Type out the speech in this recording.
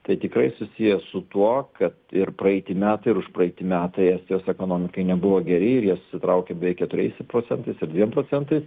tai tikrai susiję su tuo kad ir praeiti metai ir užpraeiti metai estijos ekonomikai nebuvo ger ir jie susitraukė beveik keturiais procentais ar dviem procentais